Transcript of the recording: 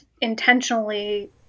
intentionally